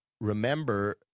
remember